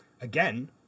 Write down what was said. again